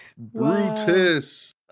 Brutus